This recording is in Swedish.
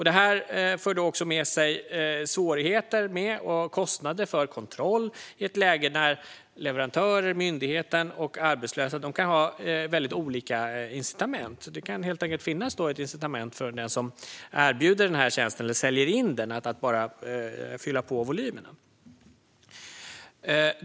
Detta för också med sig svårigheter med och kostnader för kontroll i ett läge där leverantörer, myndigheten och arbetslösa kan ha väldigt olika incitament. Det kan helt enkelt finnas ett incitament för den som erbjuder eller säljer in den här tjänsten att bara fylla på volymerna.